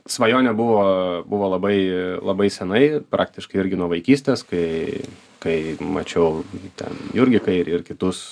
svajonė buvo buvo labai labai senai praktiškai irgi nuo vaikystės kai kai mačiau ten jurgį kairį ir kitus